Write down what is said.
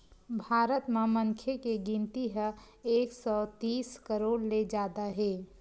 भारत म मनखे के गिनती ह एक सौ तीस करोड़ ले जादा हे